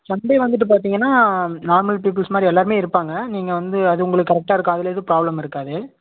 Sunday வந்துட்டு பார்த்தீங்கன்னா normal peoples மாதிரி எல்லோருமே இருப்பாங்கள் நீங்கள் வந்து அது உங்களுக்கு கரெக்டாக இருக்கும் அதில் எதுவும் ப்ராப்ளம் இருக்காது